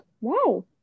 wow